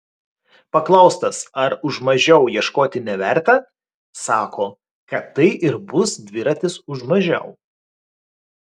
paklaustas ar už mažiau ieškoti neverta sako kad tai ir bus dviratis už mažiau